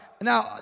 Now